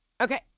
Okay